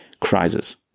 crisis